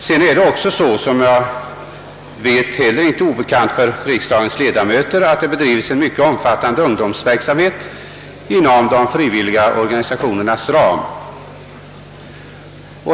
Det är inte obekant för riksdagens ledamöter att det även bedrivs en mycket omfattande ungdomsverksamhet inom de frivilliga organisationernas ram.